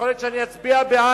יכול להיות שאני אצביע בעד,